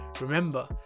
Remember